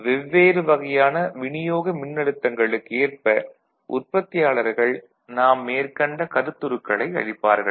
எனவே வெவ்வெறு வகையான விநியோக மின்னழுத்தங்களுக்கு ஏற்ப உற்பத்தியாளர்கள் நாம் மேற்கண்ட கருத்துருக்களை அளிப்பார்கள்